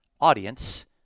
Audience